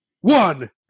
one